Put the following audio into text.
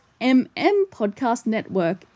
mmpodcastnetwork